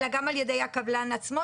אלא גם על ידי הקבלן עצמו,